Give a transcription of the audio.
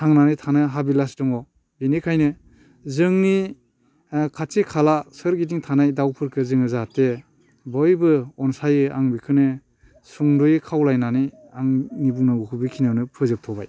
थांनानै थानो हाबिलास दङ बिनिखायनो जोंनि ओ खाथि खाला सोरगिदिं थानाय दाउफोरखो जों जाहाथे बयबो अनसायो आं बेखौनो सुंदयै खावलायनानै आंनि बुंनांगौखौ बेखिनियावनो फोजोबथ'बाय